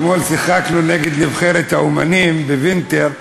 אתמול שיחקנו נגד נבחרת האמנים ב"וינטר",